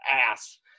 ass